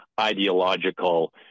ideological